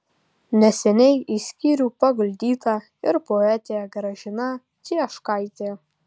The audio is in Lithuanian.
neseniai į skyrių paguldyta ir poetė gražina cieškaitė